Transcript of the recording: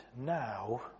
now